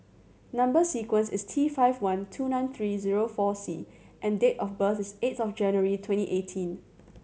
number sequence is T five one two nine three zero four C and date of birth is eighth of January twenty eighteen